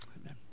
Amen